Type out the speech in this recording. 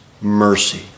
mercy